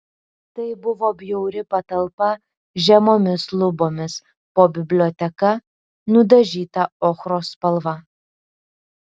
tai buvo bjauri patalpa žemomis lubomis po biblioteka nudažyta ochros spalva